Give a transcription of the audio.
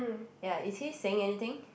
ya is he saying anything